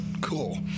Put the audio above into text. cool